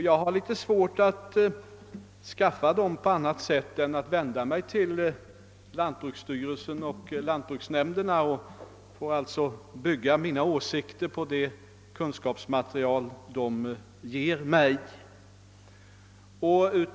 Jag har litet svårt att i denna fråga skaffa dem på annat sätt än genom att vända mig till lantbruksstyrelsen och lantbruksnämnderna och får alltså bygga mina åsikter på det kunskapsmaterial som de ger mig.